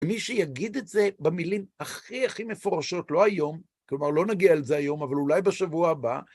מי שיגיד את זה במילים הכי הכי מפורשות, לא היום, כלומר, לא נגיע לזה היום, אבל אולי בשבוע הבא.